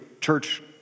church